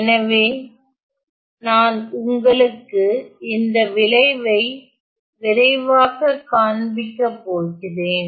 எனவே நான் உங்களுக்கு இந்த விளைவை விரைவாக காண்பிக்கப் போகிறேன்